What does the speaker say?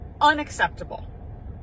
Unacceptable